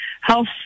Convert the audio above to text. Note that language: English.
health